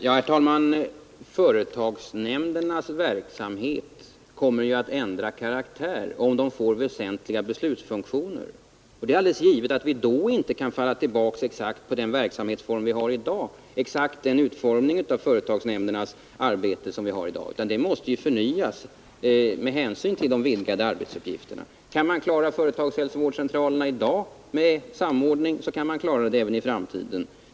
Herr talman! Företagsnämndernas verksamhet kommer att ändra karaktär om de får väsentliga beslutsfunktioner. Det är alldeles givet att vi då inte kan behålla exakt den verksamhetsform, den utformning av företagsnämndernas arbete som vi har i dag. Den måste förnyas med hänsyn till de vidgade arbetsuppgifterna. Kan man i dag klara hälsovårdscentralerna med samordning kan man klara dem även i framtiden.